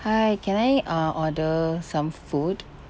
hi can I uh order some food